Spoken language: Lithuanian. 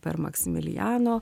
per maksimilijano